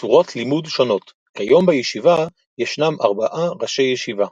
צורות לימוד שונות – כיום בישיבה ישנם ארבעה ראשי ישיבה,